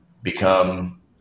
become